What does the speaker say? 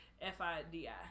F-I-D-I